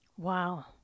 wow